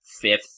fifth